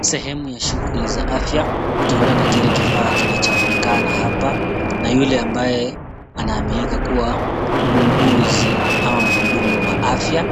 Sehemu ya shughuli za afya kutokana na kile kifaa kinachoonekana hapa. Na yule ambaye anaaminika kuwa muuguzi ama mhudumu wa afya,